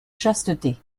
chasteté